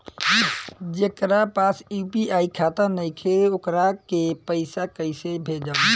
जेकरा पास यू.पी.आई खाता नाईखे वोकरा के पईसा कईसे भेजब?